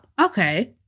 okay